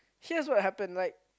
here's what happened like